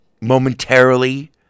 Momentarily